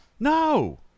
No